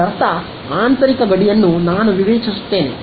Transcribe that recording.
ಇದರರ್ಥ ಆಂತರಿಕ ಗಡಿಯನ್ನು ನಾನು ವಿವೇಚಿಸುತ್ತೇನೆ